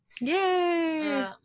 Yay